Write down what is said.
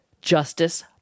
Justice